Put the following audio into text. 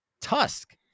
Tusk